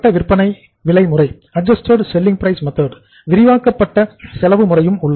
விரிவாக்கப்பட்ட செலவு முறையும் உள்ளது